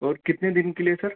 اور کتنے دن کے لیے سر